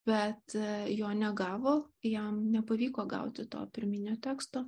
bet jo negavo jam nepavyko gauti to pirminio teksto